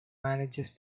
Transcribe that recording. manages